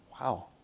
Wow